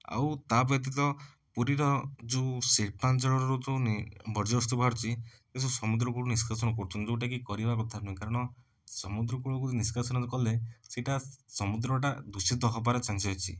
ଆଉ ତା' ବ୍ୟତୀତ ପୁରୀର ଯେଉଁ ଶିଳ୍ପାଞ୍ଚଳକୁ ନେଇ ବର୍ଜ୍ୟବସ୍ତୁ ବାହାରୁଛି ଏ ସବୁ ସମୁଦ୍ରକୂଳକୁ ନିଷ୍କାସନ କରୁଛି ଯେଉଁଟାକି କରିବା କଥା ନୁହେଁ କାରଣ ସମୁଦ୍ର କୂଳକୁ ନିଷ୍କାସନ କଲେ ସେଇଟା ସମୁଦ୍ରଟା ଦୂଷିତ ହେବାର ଚାନ୍ସେସ୍ ଅଛି